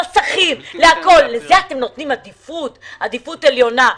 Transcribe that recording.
למסכים, זון העדיפות העליונה.